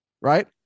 right